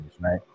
right